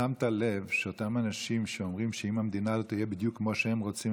שמת לב שאותם אנשים שאומרים שאם המדינה לא תהיה בדיוק כמו שהם רוצים,